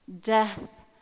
death